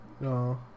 no